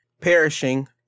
Perishing